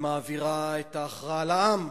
מעבירה את ההכרעה לעם,